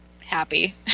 happy